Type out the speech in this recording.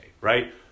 right